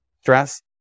stress